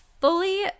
fully